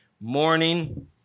morning